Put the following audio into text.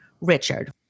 Richard